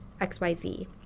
xyz